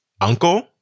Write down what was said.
uncle